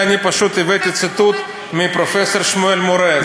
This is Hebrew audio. אני פשוט הבאתי ציטוט מפרופסור שמואל מורה,